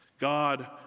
God